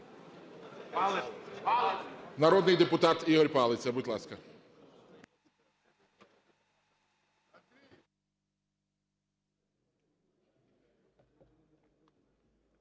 Народний депутат Ігор Палиця, будь ласка.